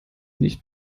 nicht